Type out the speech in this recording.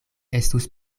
estus